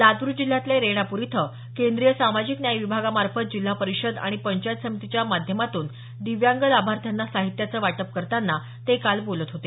लातूर जिल्ह्यातल्या रेणापूर इथं केंद्रीय सामाजिक न्याय विभागामार्फत जिल्हा परिषद आणि पंचायत समितीच्या माध्यमातून दिव्यांग लाभार्थ्यांना साहित्याचं वाटप करताना ते काल बोलत होते